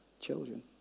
children